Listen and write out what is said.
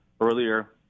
earlier